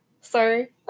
Sorry